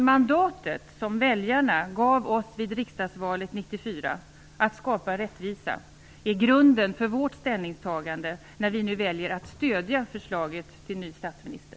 Mandatet som väljarna gav oss vid riksdagsvalet år 1994 att skapa rättvisa är grunden för vårt ställningstagande när vi nu väljer att stödja förslaget till ny statsminister.